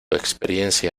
experiencia